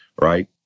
right